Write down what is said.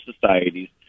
societies